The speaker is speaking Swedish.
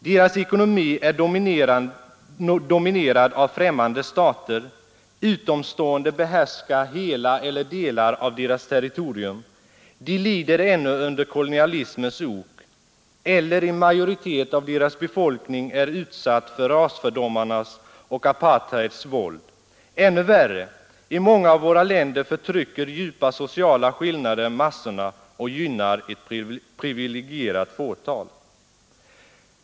Deras ekonomi är dominerad av främmande stater, utomstående behärskar hela eller delar av deras territorium, de lider ännu under kolonialismens ok, eller en majoritet av deras befolkning är utsatt för rasfördomarnas och apartheids våld. Ännu värre, i många av våra länder förtrycker djupa sociala skillnader massorna och gynnar ett privilegierat fåtal.